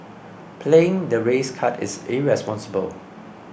playing the race card is irresponsible